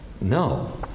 no